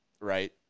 right